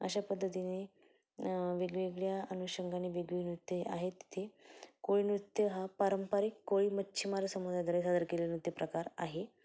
अशा पद्धतीने वेगवेगळ्या अनुषंगाने वेगवेगळी नृत्यं आहेत तिथे कोळीनृत्य हा पारंपरिक कोळी मच्छीमार समुदायाद्वारे सादर केलेला नृत्यप्रकार आहे